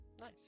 Nice